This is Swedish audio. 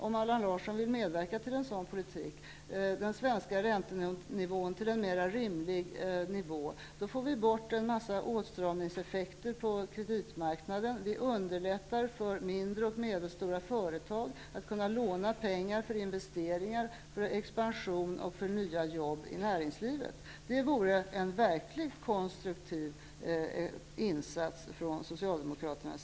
Om Allan Larsson vill medverka till en sådan politik kan vi återföra den svenska räntenivån till en mer rimlig nivå. Då får vi bort en mängd åtstramningseffekter på kreditmarknaden. Vi underlättar för mindre och medelstora företag att låna pengar för investeringar, expansion och nya jobb i näringslivet. Det vore en verkligt konstruktiv insats från Socialdemokraterna.